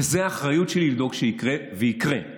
וזה האחריות שלי לדאוג שזה יקרה, וזה יקרה.